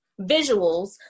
visuals